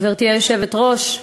גברתי היושבת-ראש,